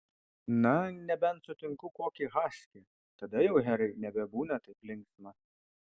na nebent sutinku kokį haskį tada jau herai nebebūna taip linksma